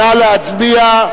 נא להצביע.